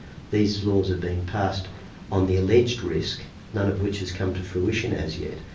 these laws are being passed on the alleged risk, none of which has come to fruition as yet.